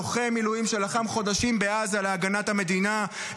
לוחם מילואים שלחם חודשים בעזה להגנת המדינה,